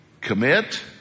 commit